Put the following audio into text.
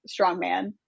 strongman